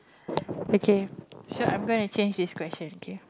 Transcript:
okay so I'm gonna change this question okay